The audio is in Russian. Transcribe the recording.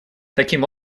таким